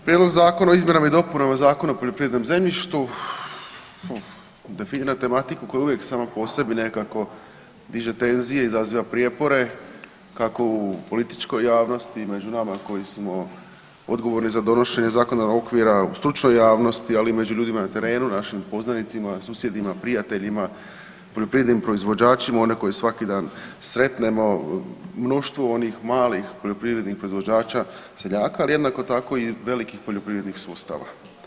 Prijedlog zakona o izmjenama i dopunama Zakona o poljoprivrednom zemljištu definira tematiku koja uvijek sama po sebi nekako diže tenzije i izaziva prijepore kako u političkoj javnosti među nama koji smo odgovorni za donošenje zakonodavnog okvira, u stručnoj javnosti, ali i među ljudima na terenu našim poznanicima, susjedima, prijateljima, poljoprivrednim proizvođačima, one koji svaki dan sretnemo, mnoštvo onih malih poljoprivrednih proizvođača seljaka, ali jednako tako i velikih poljoprivrednih sustava.